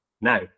now